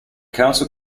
council